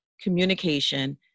communication